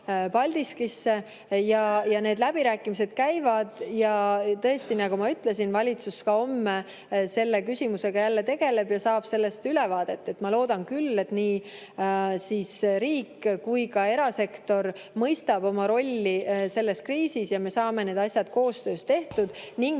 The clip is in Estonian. Need läbirääkimised käivad ja nagu ma ütlesin, valitsus ka homme selle küsimusega jälle tegeleb ja saab ülevaate. Ma loodan küll, et nii riik kui ka erasektor mõistavad oma rolli selles kriisis ja me saame need asjad koostöös tehtud.